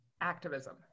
activism